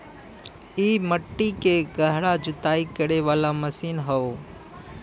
इ मट्टी के गहरा जुताई करे वाला मशीन हौ